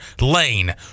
Lane